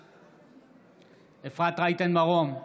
בעד אפרת רייטן מרום,